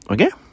Okay